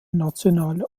nationale